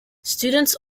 students